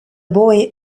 boy